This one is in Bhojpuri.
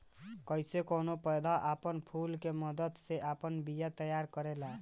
कइसे कौनो पौधा आपन फूल के मदद से आपन बिया तैयार करेला